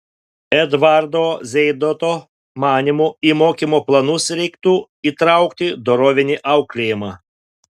edvardo zeidoto manymu į mokymo planus reiktų įtraukti dorovinį auklėjimą